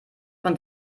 von